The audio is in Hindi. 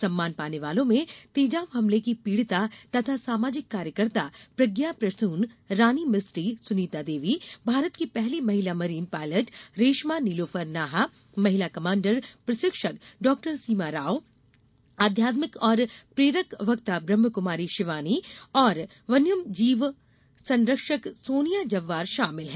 सम्मान पाने वालों में तेजाब हमले की पीड़िता तथा सामाजिक कार्यकर्ता प्रज्ञा प्रसून रानी मिस्त्री सुनीता देवी भारत की पहली महिला मरीन पायलट रेशमा नीलोफर नाहा महिला कमांडर प्रशिक्षक डॉ सीमा रॉव आध्यगित्मक और प्रेरक वक्तो ब्रह्म कमारी शिवानी और वन्यम जीव संरक्षक सोनिया जब्बार शामिल हैं